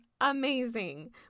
amazing